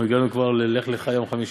אנחנו הגענו כבר ללך לך, יום חמישי.